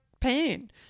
pain